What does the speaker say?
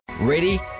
ready